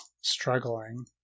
struggling